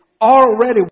already